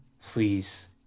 please